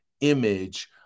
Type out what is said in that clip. image